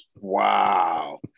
Wow